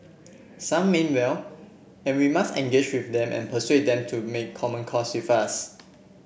some mean well and we must engage with them and persuade them to make common cause with us